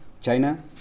China